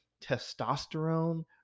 testosterone